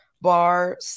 bar